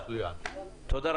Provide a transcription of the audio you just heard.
גם,